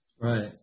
Right